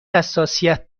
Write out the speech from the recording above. حساسیت